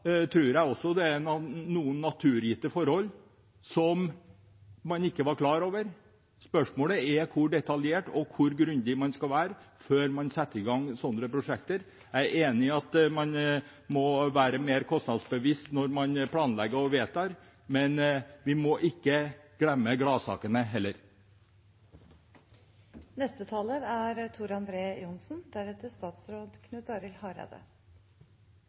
som man ikke var klar over. Spørsmålet er hvor detaljert og grundig man skal være før man setter i gang slike prosjekter. Jeg er enig i at man må være mer kostnadsbevisst når man planlegger og vedtar, men vi må ikke glemme gladsakene